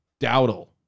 Dowdle